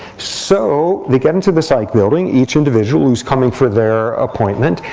so we get into the psych building, each individual who's coming for their appointment.